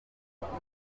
kagame